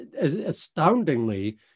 astoundingly